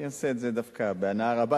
אני עושה את זה דווקא בהנאה רבה,